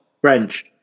French